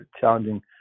challenging